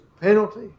penalty